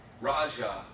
Raja